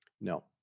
No